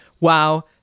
Wow